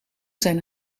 zijn